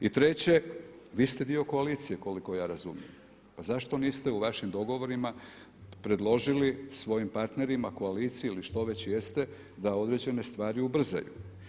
I treće, vi ste dio koalicije koliko ja razumijem, pa zašto niste u vašim dogovorima predložili svojim partnerima, koaliciji ili što već jeste da određene stvari ubrzaju?